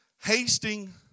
Hasting